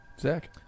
Zach